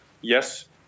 yes